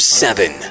seven